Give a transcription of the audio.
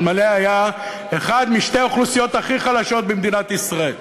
ואלמלא היה משתי האוכלוסיות הכי חלשות במדינת ישראל,